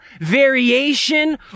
variation